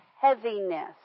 heaviness